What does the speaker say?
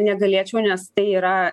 negalėčiau nes tai yra